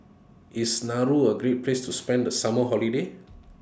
IS Nauru A Great Place to spend The Summer Holiday